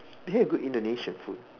they had good Indonesian food